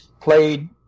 played